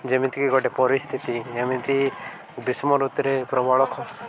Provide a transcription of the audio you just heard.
ଯେମିତିକି ଗୋଟେ ପରିସ୍ଥିତି ଯେମିତି ଗ୍ରୀଷ୍ମ ଋତୁରେ ପ୍ରବଳ